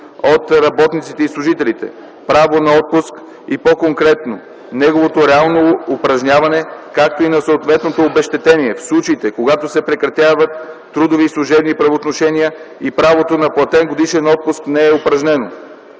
от работниците и служителите право на отпуск, и по-конкретно - неговото реално упражняване, както и на съответно обезщетение в случаите, когато се прекратяват трудови и служебни правоотношения и правото на платен годишен отпуск не е упражнено.